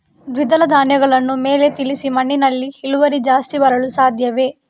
ದ್ವಿದಳ ಧ್ಯಾನಗಳನ್ನು ಮೇಲೆ ತಿಳಿಸಿ ಮಣ್ಣಿನಲ್ಲಿ ಇಳುವರಿ ಜಾಸ್ತಿ ಬರಲು ಸಾಧ್ಯವೇ?